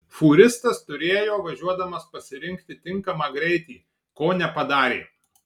fūristas turėjo važiuodamas pasirinkti tinkamą greitį ko nepadarė